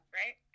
right